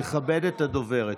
תכבד את הדוברת.